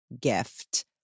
gift